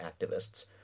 activists